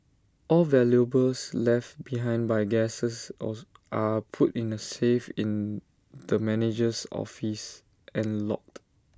all valuables left behind by guests also are put in A safe in the manager's office and logged